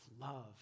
love